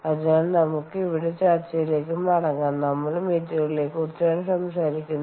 അതിനാൽ നമുക്ക് ഇവിടെ ചർച്ചയിലേക്ക് മടങ്ങാം നമ്മൾ മെറ്റീരിയലുകളെക്കുറിച്ചാണ്സംസാരിക്കുന്നത്